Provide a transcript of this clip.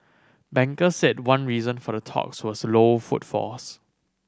bankers said one reason for the talks was low footfalls